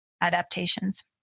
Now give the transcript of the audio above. adaptations